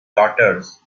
daughters